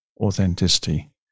authenticity